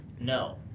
no